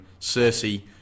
Cersei